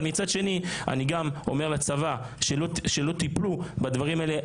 אבל מצד שני אני גם אומר לצבא: שלא תיפלו בדברים האלה.